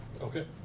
Okay